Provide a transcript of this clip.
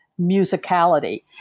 musicality